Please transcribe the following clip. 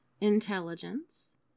intelligence